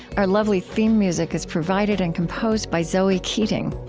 our lovely theme music is provided and composed by zoe keating.